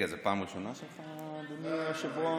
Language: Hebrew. זאת פעם ראשונה שלך, אדוני היושב-ראש?